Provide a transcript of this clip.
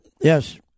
Yes